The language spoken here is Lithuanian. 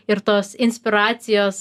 ir tos inspiracijos